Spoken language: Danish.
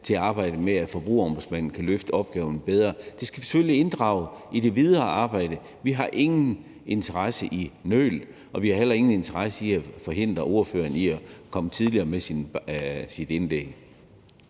til arbejdet med at sikre, at Forbrugerombudsmanden kan løfte opgaven bedre. Det skal vi selvfølgelig inddrage i det videre arbejde. Vi har ingen interesse i nøl, og vi har heller ingen interesse i at forhindre ordføreren i at komme tidligere med sit indlæg.